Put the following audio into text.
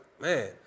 man